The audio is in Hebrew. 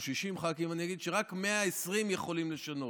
60 ח"כים ואני אגיד שרק 120 יכולים לשנות.